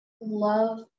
love